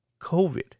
COVID